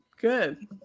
good